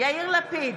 יאיר לפיד,